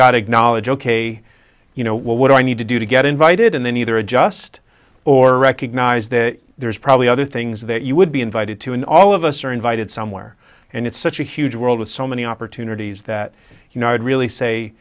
got acknowledge ok you know what i need to do to get invited and then either adjust or recognize that there's probably other things that you would be invited to and all of us are invited somewhere and it's such a huge world with so many opportunities that you know i'd really say